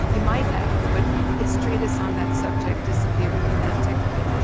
he might have, but his treatise on that subject disappeared in antiquity.